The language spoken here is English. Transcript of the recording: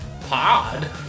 pod